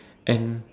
and